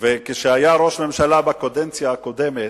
כשהוא היה ראש ממשלה בקדנציה הקודמת,